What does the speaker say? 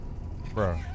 Bro